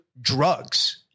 drugs